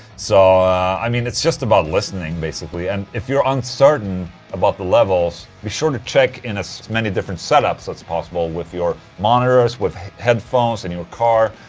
so. i mean, it's just about listening basically and if you're uncertain about the levels be sure to check in as many different setups that's possible with your monitors, with headphones, in and your car.